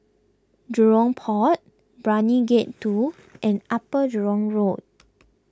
Jurong Port Brani Gate two and Upper Jurong Road